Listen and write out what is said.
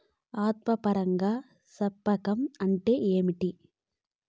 ఆత్మ పరాగ సంపర్కం అంటే ఏంటి?